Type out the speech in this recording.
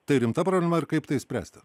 tai rimta problema ir kaip tai spręsti